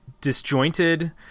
disjointed